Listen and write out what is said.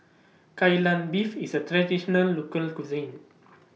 Kai Lan Beef IS A Traditional Local Cuisine